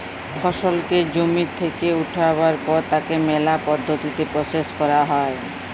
ফসলকে জমি থেক্যে উঠাবার পর তাকে ম্যালা পদ্ধতিতে প্রসেস ক্যরা হ্যয়